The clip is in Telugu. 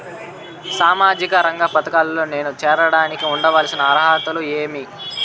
సామాజిక రంగ పథకాల్లో నేను చేరడానికి ఉండాల్సిన అర్హతలు ఏమి?